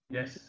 Yes